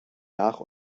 nach